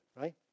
right